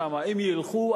אם אלה ילכו,